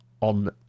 on